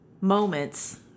moments